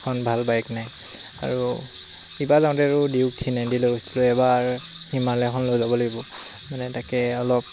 এখন ভাল বাইক নাই আৰু সেইবাৰ যাওঁতে দিও থ্ৰী নাইটি লৈ গৈছিলোঁ এইবাৰ হিমালয়াখন লৈ যাব লাগিব মানে তাকে অলপ